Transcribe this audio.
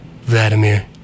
Vladimir